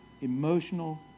emotional